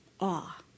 awe